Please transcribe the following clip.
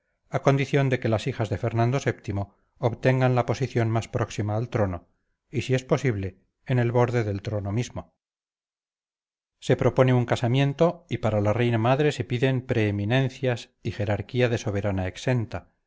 a condición de que las hijas de fernando vii obtengan la posición más próxima al trono y si es posible en el borde del trono mismo se propone un casamiento y para la reina madre se piden preeminencias y jerarquía de soberana exenta